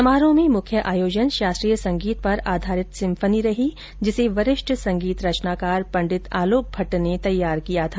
समारोह में मुख्य आयोजन शास्त्रीय संगीत पर आधारित सिम्फनी रही जिसे वरिष्ठ संगीत रचनाकार पंडित आलोक भट्ट ने तैयार किया था